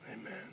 Amen